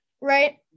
right